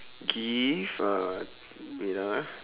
give a wait ah